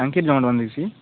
ଟାଙ୍କି ଜମାଟ ବାନ୍ଧିଛି